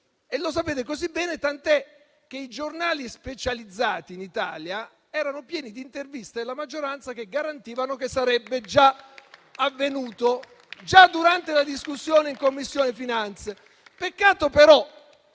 Lo sapete così bene che i giornali specializzati in Italia erano pieni di interviste a esponenti della maggioranza che garantivano che sarebbe avvenuto già durante la discussione in Commissione finanze.